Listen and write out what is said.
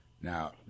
Now